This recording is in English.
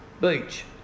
Beach